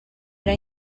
era